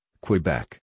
Quebec